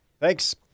Thanks